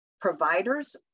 providers